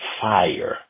fire